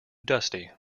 dusty